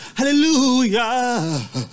Hallelujah